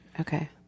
Okay